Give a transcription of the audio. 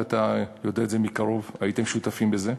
ואתה יודע את זה מקרוב, והייתם שותפים בזה,